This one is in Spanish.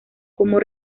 como